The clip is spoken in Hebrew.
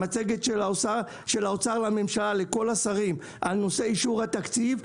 המצגת של האוצר לממשל לכל השרים על נושא אישור התקציב,